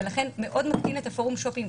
ולכן מאוד מקטין את הפורום שופינג.